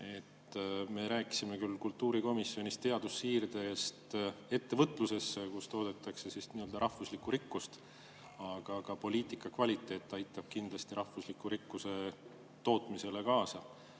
Me rääkisime kultuurikomisjonis küll teadmussiirdest ettevõtlusesse, kus toodetakse rahvuslikku rikkust, aga ka poliitika [kõrge] kvaliteet aitab kindlasti rahvusliku rikkuse tootmisele kaasa.